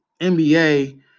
NBA